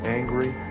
angry